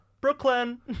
Brooklyn